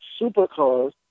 supercars